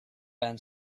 been